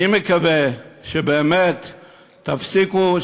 אני מקווה שבאמת תפסיקו,